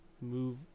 Move